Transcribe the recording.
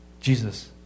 Jesus